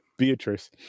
Beatrice